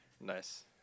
Nice